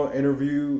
interview